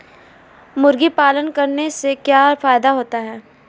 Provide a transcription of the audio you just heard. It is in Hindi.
मुर्गी पालन करने से क्या फायदा होता है?